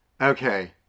okay